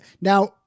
now